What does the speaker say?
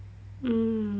mm